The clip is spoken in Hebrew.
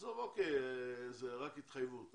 אז אוקיי זה רק התחייבות,